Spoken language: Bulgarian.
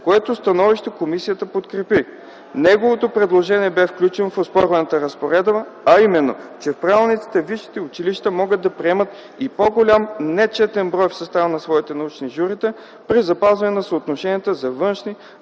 което становище комисията подкрепи. Неговото предложение бе включено в оспорваната разпоредба, а именно че в правилниците висшите училища могат да приемат и по-голям, нечетен брой в състава на своите научни журита при запазване на съотношенията за външни,